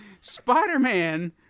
Spider-Man